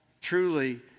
truly